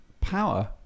power